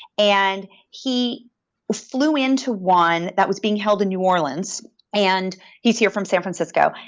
and he flew into one that was being held in new orleans and he's here from san francisco.